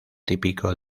típico